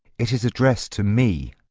it is addressed to me.